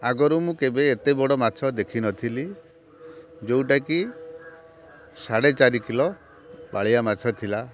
ଆଗରୁ ମୁଁ କେବେ ଏତେ ବଡ଼ ମାଛ ଦେଖି ନଥିଲି ଯେଉଁଟା କି ସାଢ଼େ ଚାରି କିଲୋ ବାଳିଆ ମାଛ ଥିଲା